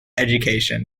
education